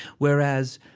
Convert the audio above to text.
whereas,